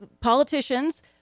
politicians